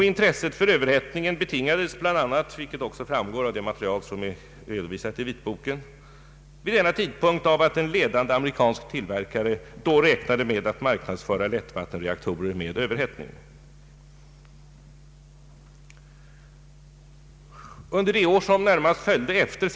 Intresset för överhettningen betingades bl.a, av — vilket också framgår av det material som är redovisat i vitboken — att en ledande amerikansk tillverkare vid denna tidpunkt räknade med att marknadsföra lättvattenreaktorer med överhettning. Under de år som närmast följde efter Ang.